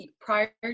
prior